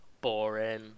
boring